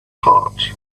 heart